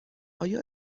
آیا